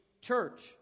church